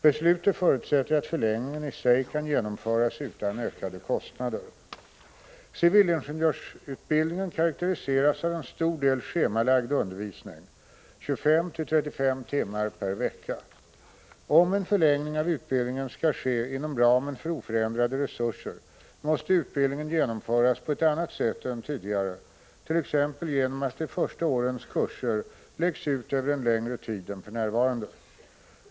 Beslutet förutsätter att förlängningen i sig kan genomföras utan ökade kostnader. Civilingenjörsutbildningen karakteriseras av en stor del schemalagd undervisning, 25-35 timmar per vecka. Om en förlängning av utbildningen skall ske inom ramen för oförändrade resurser måste utbildningen genomföras på ett annat sätt än tidigare, t.ex. genom att de första årens kurser läggs ut över en längre tid än för närvarande.